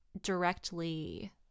directly